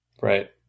Right